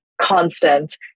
constant